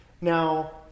Now